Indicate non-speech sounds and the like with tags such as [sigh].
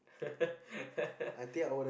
[laughs]